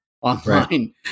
online